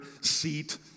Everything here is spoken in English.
seat